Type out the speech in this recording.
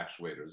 actuators